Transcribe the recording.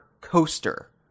Coaster